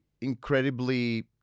incredibly